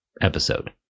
episode